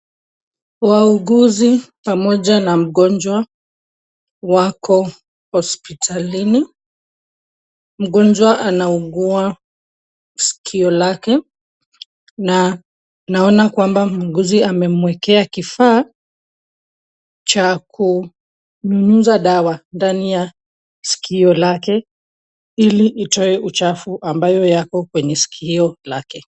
Wauguzi pamoja na mgonjwa wako hospitalini, mgonjwa anaugua sikio lake na naona kwamba muuguzi amewekea kifaa cha kunyunyuza dawa ndani ya sikio lake, ili itoe uchafu ambayo yako kwenye sikio lake.